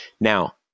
Now